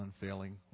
unfailing